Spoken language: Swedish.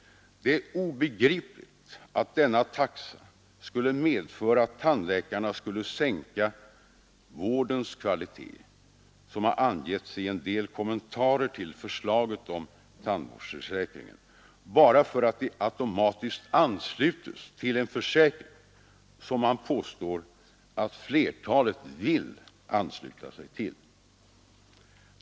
Det är obegripligt att denna taxa skulle medföra att tandläkarna skulle sänka vårdens kvalitet — som har angetts i en del kommentarer till förslaget om tandvårdsförsäkringen — bara för att de automatiskt ansluts till en försäkring som man påstår att flertalet vill ansluta sig till.